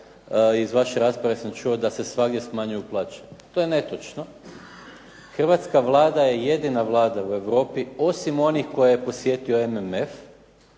iz vaše rasprave sam čuo da se svagdje smanjuju plaće. To je netočno. Hrvatska Vlada je jedina Vlada u Europi, osim onih koje je posjetio MMF,